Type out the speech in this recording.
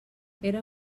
era